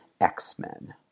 X-Men